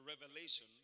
revelation